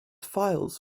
files